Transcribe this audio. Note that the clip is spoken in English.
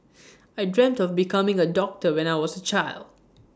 I dreamt of becoming A doctor when I was A child